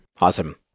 Awesome